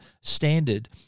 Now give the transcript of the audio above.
standard